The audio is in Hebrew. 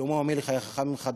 שלמה המלך היה חכם ממך,